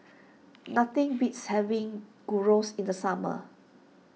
nothing beats having Gyros in the summer